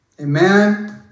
Amen